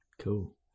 cool